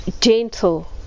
gentle